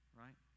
right